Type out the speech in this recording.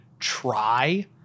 try